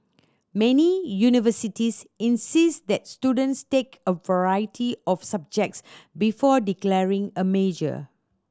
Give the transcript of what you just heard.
many universities insist that students take a variety of subjects before declaring a major